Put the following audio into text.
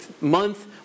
month